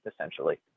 essentially